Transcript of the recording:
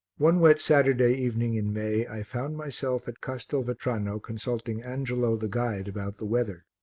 one wet saturday evening in may i found myself at castelvetrano consulting angelo, the guide, about the weather.